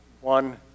one